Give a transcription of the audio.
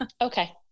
Okay